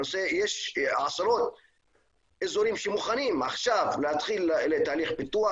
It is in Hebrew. יש עשרות אזורים שמוכנים עכשיו להתחיל תהליך פיתוח.